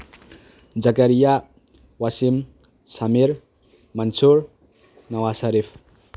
ꯖꯒꯔꯤꯌꯥ ꯋꯥꯁꯤꯝ ꯁꯃꯤꯔ ꯃꯟꯁꯨꯔ ꯅꯋꯥꯁꯔꯤꯐ